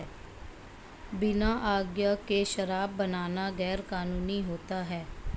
बिना आज्ञा के शराब बनाना गैर कानूनी होता है